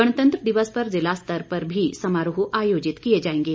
गणतंत्र दिवस पर जिला स्तर पर भी समारोह आयोजित किए जाएंगे